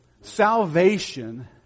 Salvation